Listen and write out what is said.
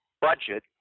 budget